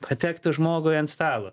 patektų žmogui ant stalo